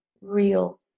real